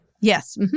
Yes